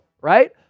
right